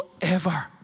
forever